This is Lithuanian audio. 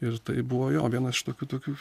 ir tai buvo jo vienas iš tokių tokių